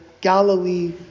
Galilee